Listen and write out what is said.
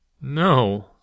No